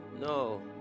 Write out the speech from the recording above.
no